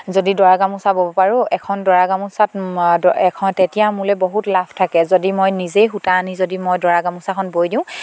যদি দৰা গামোচা ব'ব পাৰোঁ এখন দৰা গামোচাত এখন তেতিয়া মোলে বহুত লাভ থাকে যদি মই নিজেই সূতা আনি যদি মই দৰা গামোচাখন বৈ দিওঁ